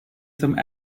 some